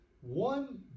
one